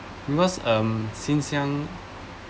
because um since young